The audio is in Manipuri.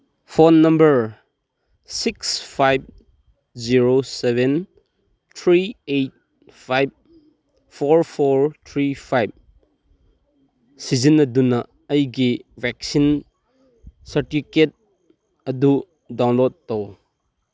phone number six five zero seven three eight five four four three five ꯁꯤꯖꯤꯟꯅꯗꯨꯅ ꯑꯩꯒꯤ ꯚꯦꯛꯁꯤꯟ ꯁꯔꯇꯤꯀꯦꯠ ꯑꯗꯨ ꯗꯥꯎꯟꯂꯣꯠ ꯇꯧ